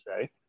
say